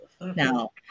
now